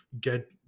get